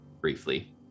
briefly